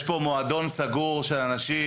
יש פה מועדון סגור של אנשים,